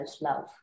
love